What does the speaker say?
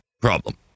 problem